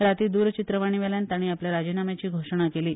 राती द्रचित्रवाणीवेल्यान ताणी आपले राजीनाम्याची घोषणा केली